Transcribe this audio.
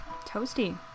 Toasty